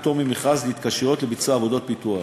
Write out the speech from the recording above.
אשר עניינם פטור ממכרז להתקשרויות לביצוע עבודות פיתוח,